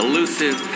Elusive